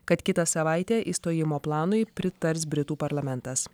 kad kitą savaitę išstojimo planui pritars britų parlamentas